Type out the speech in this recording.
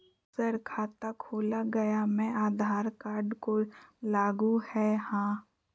Sir खाता खोला गया मैं आधार कार्ड को लागू है हां?